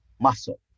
muscle